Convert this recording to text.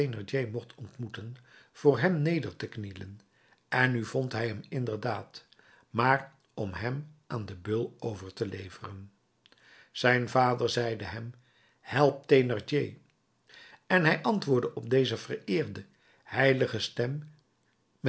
mocht ontmoeten voor hem neder te knielen en nu vond hij hem inderdaad maar om hem aan den beul over te leveren zijn vader zeide hem help thénardier en hij antwoordde op deze vereerde heilige stem